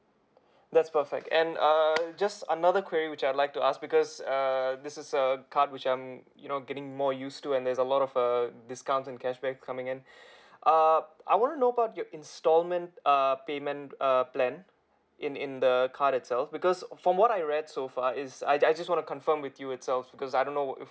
that's perfect and err just another query which I'd like to ask because uh this is err card which I'm you know getting more used to and there's a lot of err discounts and cashback coming in uh I want to know about your instalment err payment uh plan in in the card itself because from what I read so far it's I I just wanna confirm with you itself because I don't know if